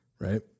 Right